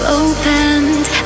opened